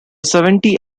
seventy